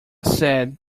said